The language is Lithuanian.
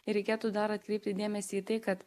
ir reikėtų dar atkreipti dėmesį į tai kad